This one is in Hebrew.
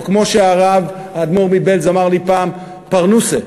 או כמו שהרב, האדמו"ר מבעלז אמר לי פעם: פרנוסה.